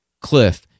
Cliff